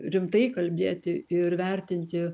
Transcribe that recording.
rimtai kalbėti ir vertinti